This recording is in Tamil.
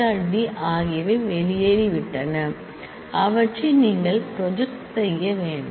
D ஆகியவை வெளியேறிவிட்டன அவற்றை நீங்கள் ப்ராஜெக்ட் செய்ய வேண்டாம்